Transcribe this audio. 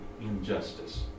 injustice